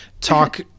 talk